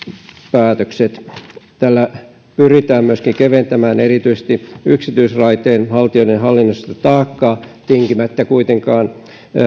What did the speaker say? päätökset tällä pyritään myöskin keventämään erityisesti yksityisraiteen haltijoiden hallinnollista taakkaa tinkimättä kuitenkaan